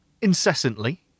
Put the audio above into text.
incessantly